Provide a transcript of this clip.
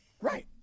right